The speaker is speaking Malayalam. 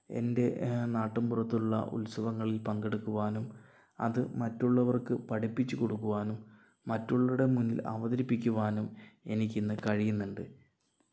എൻ്റെ നാട്ടുമ്പുറത്തുള്ള ഉത്സവങ്ങളിൽ പങ്കെടുക്കുവാനും അത് മറ്റുള്ളവർക്ക് പഠിപ്പിച്ചു കൊടുക്കുവാനും മറ്റുള്ളവരുടെ മുന്നിൽ അവതരിപ്പിക്കുവാനും എനിക്കിന്നു കഴിയുന്നുണ്ട്